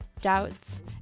doubts